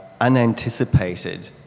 unanticipated